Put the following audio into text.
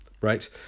right